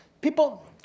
People